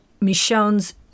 Michonne's